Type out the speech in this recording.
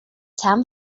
sam